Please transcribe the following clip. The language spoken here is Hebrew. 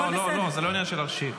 לא, זה לא עניין של להכשיל.